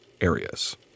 areas